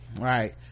right